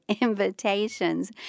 invitations